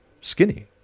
skinny